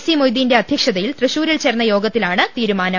C മൊയ്തീന്റെ അധ്യക്ഷതയിൽ തൃശൂരിൽ ചേർന്ന യോഗ ത്തിലാണ് തീരുമാനം